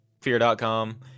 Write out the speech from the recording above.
fear.com